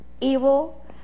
evil